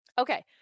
Okay